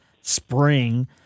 spring